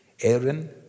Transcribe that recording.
Aaron